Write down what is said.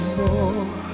more